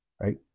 right